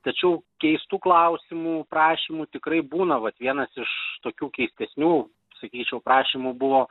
tačiau keistų klausimų prašymų tikrai būna vat vienas iš tokių keistesnių sakyčiau prašymų buvo